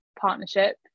partnership